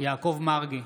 יעקב מרגי,